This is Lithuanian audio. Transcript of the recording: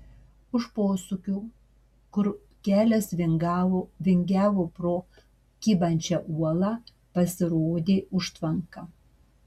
už posūkio kur kelias vingiavo pro kybančią uolą pasirodė užtvanka